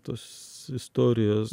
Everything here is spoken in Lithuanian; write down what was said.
tos istorijos